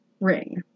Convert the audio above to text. ring